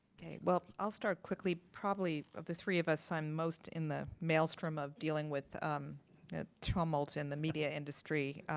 ok. well, i'll start quickly. probably, of the three of us, i'm most in the maelstrom of dealing with um and tumult in the media industry.